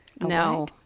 no